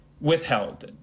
withheld